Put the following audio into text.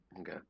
Okay